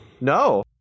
No